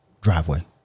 driveway